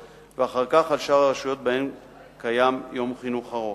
ואחר כך על שאר הרשויות שקיים בהן יום חינוך ארוך.